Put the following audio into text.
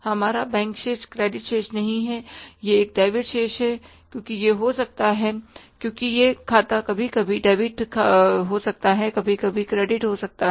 हमारा बैंक शेष क्रेडिट शेष नहीं है यह एक डेबिट शेष है क्योंकि यह हो सकता है क्योंकि यह खाता कभी कभी डेबिट हो जाता है या कभी कभी क्रेडिट हो जाता है